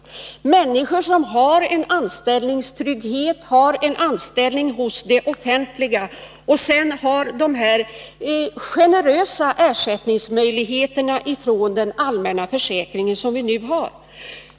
Det är människor som har anställning inom det offentliga området och som har de generösa ersättningsmöjligheter som nu gäller inom den allmänna försäkringen.